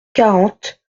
quarante